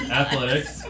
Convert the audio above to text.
athletics